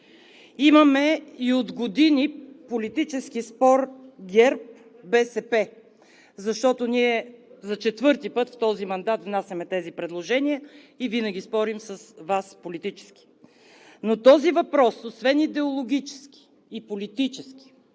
Имаме и от години политически спор ГЕРБ – БСП, защото за четвърти път в този мандат ние внасяме тези предложения и винаги спорим с Вас политически. Този въпрос освен идеологически и политически